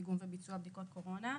דיגום וביצוע בדיקות קורונה,